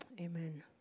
Amen